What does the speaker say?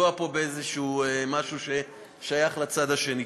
לפגוע פה באיזשהו משהו ששייך לצד השני.